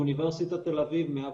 באוניברסיטת תל אביב 105,